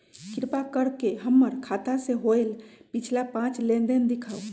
कृपा कर के हमर खाता से होयल पिछला पांच लेनदेन दिखाउ